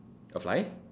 a fly